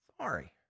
sorry